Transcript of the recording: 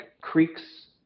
creeks